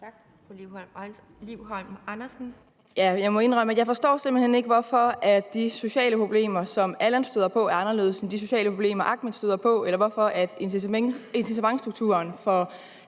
jeg simpelt hen ikke forstår, hvorfor de sociale problemer, som Allan støder på, er anderledes end de sociale problemer, Ahmet støder på, eller hvorfor incitamentsstrukturen for